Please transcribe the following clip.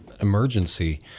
emergency